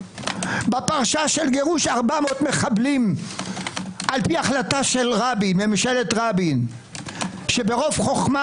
בפרשה של גירוש 400 מחבלים על פי החלטה של ממשלת רבין שברוב חוכמה